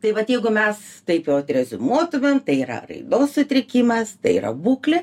tai vat jeigu mes taip jau atreziumuotumėm tai yra raidos sutrikimas tai yra būklė